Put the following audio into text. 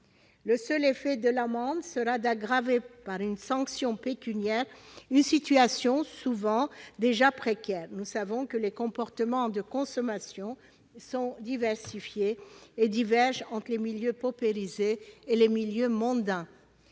Le seul effet de l'amende sera d'aggraver par une sanction pécuniaire une situation souvent déjà précaire : nous savons que les comportements de consommation sont diversifiés et divergent entre les milieux paupérisés et mondains.